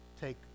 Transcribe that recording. take